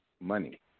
money